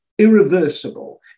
irreversible